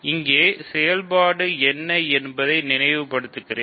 இங்கே செயல்பாடு என்ன என்பதை நினைவுபடுத்துகிறேன்